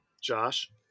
Josh